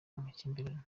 amakimbirane